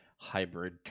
hybrid